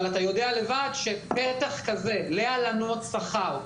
אבל אתה יודע לבד שפתח כזה של הלנות שכר,